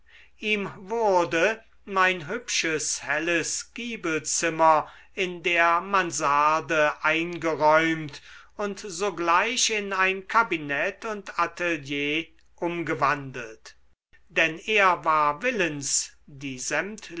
ihm wurde mein hübsches helles giebelzimmer in der mansarde eingeräumt und sogleich in ein kabinett und atelier umgewandelt denn er war willens die